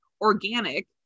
Organic